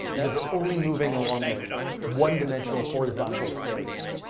because they're only moving along this one-dimensional horizontal space.